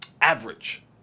average